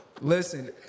Listen